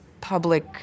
public